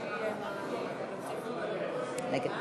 ענישה ודרכי טיפול) (תיקון,